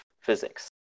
physics